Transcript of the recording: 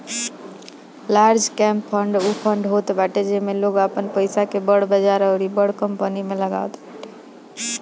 large cap fund उ fund होत बाटे जेमे लोग आपन पईसा के बड़ बजार अउरी बड़ कंपनी में लगावत बाटे